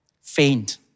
faint